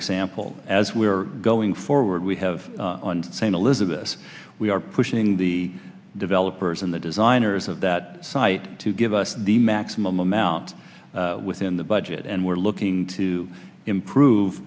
example as we are going forward we have on st elizabeths we are pushing the developers and the designers of that site to give us the maximum amount within the budget and we're looking to improve